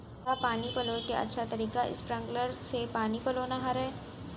का पानी पलोय के अच्छा तरीका स्प्रिंगकलर से पानी पलोना हरय?